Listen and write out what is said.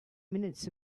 minutes